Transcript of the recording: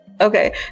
Okay